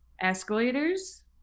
escalators